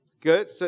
Good